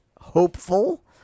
hopeful